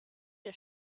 der